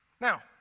Now